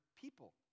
people